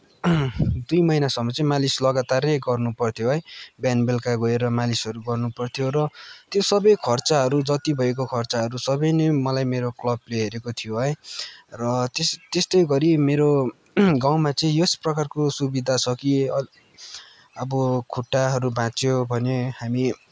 दुई महिनासम्म चाहिँ लगातारै गर्नु पर्थ्यो है बिहान बेलुका गएर मालिसहरू गर्नु पर्थ्यो र त्यो सबै खर्चहरू जति भएको खर्चहरू सबै नै मलाई मेरो क्लबले हेरेको थियो है र त्यस त्यस्तै गरी मेरो गाउँमा चाहिँ यसप्रकारको सुविधा छ कि अब खुट्टाहरू भाँच्चियो भने हामी